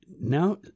now